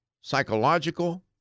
psychological